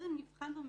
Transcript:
טרם נבחן במציאות.